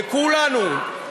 וכולנו,